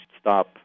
Stop